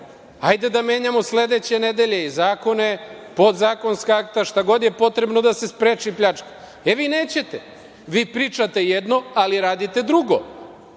Hajde da menjamo sledeće nedelje i zakone, podzakonska akta, šta god je potrebno da se spreči pljačka. Vi nećete. Vi pričate jedno, ali radite drugo